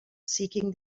seeking